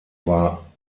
war